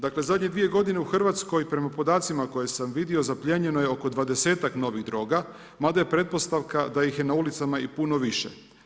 Dakle, zadnjih dvije godine u RH, prema podacima koje sam vidio, zaplijenjeno je oko 20-ak novih droga, mada je pretpostavka da ih je na ulicama i puno više.